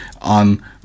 on